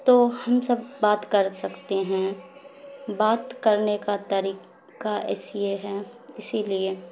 تو ہم سب بات کر سکتے ہیں بات کرنے کا طریقہ ایسیے ہے اسی لیے